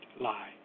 lie